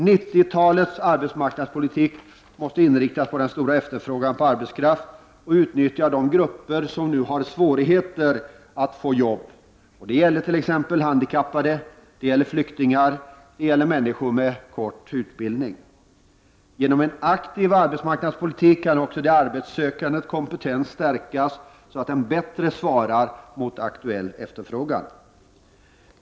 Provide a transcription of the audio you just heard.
90-talets arbetsmarknadspolitik måste inriktas på den stora efterfrågan på arbetskraft och utnyttja de grupper som har svårigheter att få jobb. Det gäller t.ex. handikappade, flyktingar, människor med kort utbildning. Genom en aktiv arbetsmarknadspolitik kan också de arbetssökandes kompetens stärkas så att den bättre svarar mot en aktuell efterfrågan.